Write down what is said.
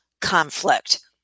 conflict